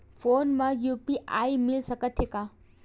Phone मा UPI मिल सकत हे का?